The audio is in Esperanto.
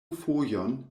fojon